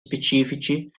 specifici